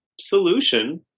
solution